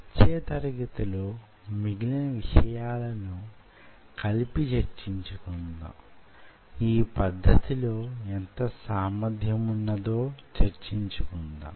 వచ్చే తరగతిలో యీ సెటప్ ను అభివృద్ధి చేసేది ఎలాగో చర్చించుకుందాం